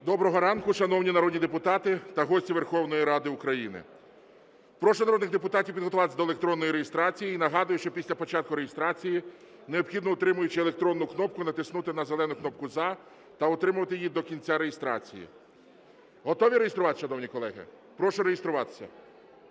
Доброго ранку, шановні народні депутати та гості Верховної Ради України! Прошу народних депутатів підготуватися до електронної реєстрації. І нагадую, що після початку реєстрації необхідно, утримуючи електронну кнопку, натиснути на зелену кнопку "За" та утримувати її до кінця реєстрації. Готові реєструватися, шановні колеги? Прошу реєструватися.